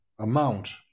amount